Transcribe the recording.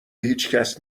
هیچکس